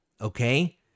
okay